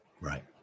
Right